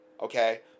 Okay